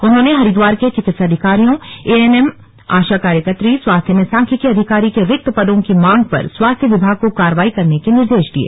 उन्होनें हरिद्वार के चिकित्साधिकारियों एएनएम आशा कार्यकत्री स्वास्थ्य में सांख्यिकी अधिकारी के रिक्त पदों की मांग पर स्वास्थ्य विभाग को कार्रवाई करने के निर्देश दिये